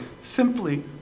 Simply